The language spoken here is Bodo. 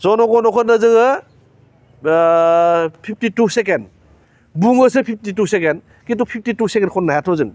जण' गण' खन्ननो जोङो बाह फिफटि टु सेकेण्ड बुङोसो फिफटि टु सेकण्ड खिन्थु फिफटि टु सेकेण्ड खन्ननो हायाथ' जों